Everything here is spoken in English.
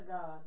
God